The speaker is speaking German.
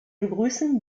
begrüßen